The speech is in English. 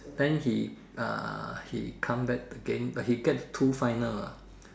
then he uh he come back again but he get two final ah